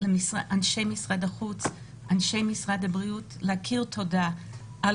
אנשי משרד החוץ ואנשי הבריאות ולהכיר תודה על